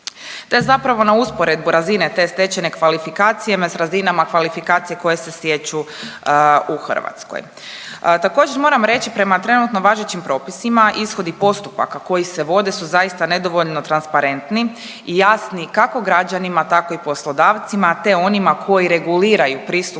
je zapravo na usporedbu razine te stečene kvalifikacije sa razinama kvalifikacije koje se stječu u Hrvatskoj. Također moram reći prema trenutno važećim propisima ishodi postupaka koji se vode su zaista nedovoljno transparentni i jasni kako građanima, tako i poslodavcima, te onima koji reguliraju pristup